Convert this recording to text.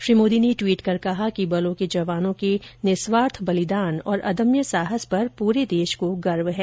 श्री मोदी ने ट्वीट कर कहा कि बलों के जवानों के निःस्वार्थ बलिदान और अदम्य साहस पर पूरे देश को गर्व है